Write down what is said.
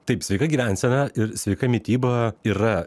taip sveika gyvensena ir sveika mityba yra